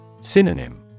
Synonym